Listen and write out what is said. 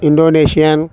indonesian